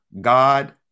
God